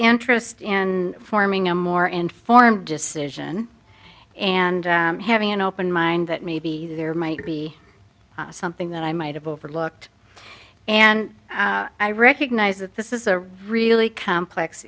interest in forming a more informed decision and having an open mind that maybe there might be something that i might have overlooked and i recognize that this is a really complex